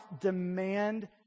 demand